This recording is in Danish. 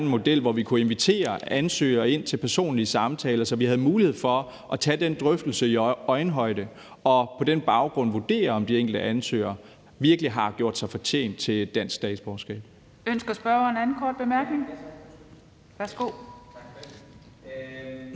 model, hvor vi kunne invitere ansøgere ind til personlige samtaler, så vi havde mulighed for at tage den drøftelse i øjenhøjde og på den baggrund vurdere, om de enkelte ansøgere virkelig har gjort sig fortjent til et dansk statsborgerskab.